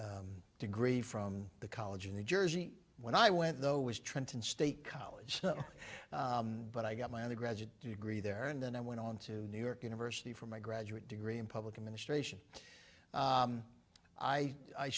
my degree from the college of new jersey when i went though was trenton state college but i got my undergraduate degree there and then i went on to new york university for my graduate degree in public administration i i